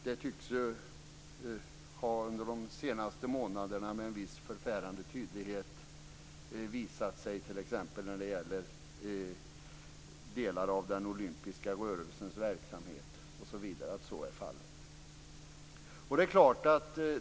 Det tycks under de senaste månaderna med en viss förfärande tydlighet ha visat sig, t.ex. när det gäller delar av den olympiska rörelsens verksamhet, att så är fallet.